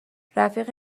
رفیق